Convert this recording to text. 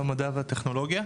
המדע והטכנולוגיה.